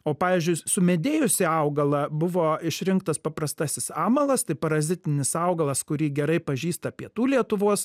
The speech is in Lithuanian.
o pavyzdžiui sumedėjusį augalą buvo išrinktas paprastasis amalas tai parazitinis augalas kurį gerai pažįsta pietų lietuvos